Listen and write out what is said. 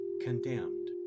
condemned